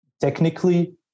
technically